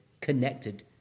connected